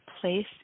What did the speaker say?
place